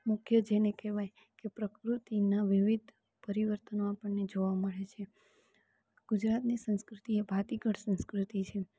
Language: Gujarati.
મુખ્ય જેને કહેવાય કે પ્રકૃતિના વિવિધ પરિવર્તનો આપણને જોવા મળે છે ગુજરાતની સંસ્કૃતિ એ ભાતીગળ સંસ્કૃતિ છે